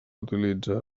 utilitzar